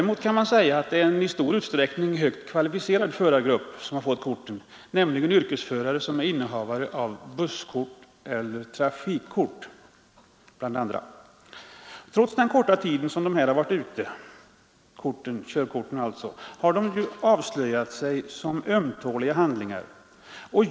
Men det är en i hög grad kvalificerad förargrupp, nämligen yrkesförare som är innehavare av busskort eller trafikkort. Trots den korta tid körkorten varit ute har de avslöjat sig såsom ömtåliga handlingar.